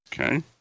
Okay